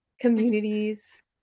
Communities